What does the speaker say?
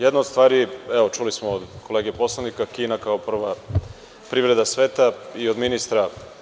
Jedna od stvari, čuli smo od kolege poslanika, Kina kao prva privreda sveta i od ministra.